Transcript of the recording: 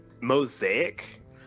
mosaic